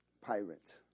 Pirate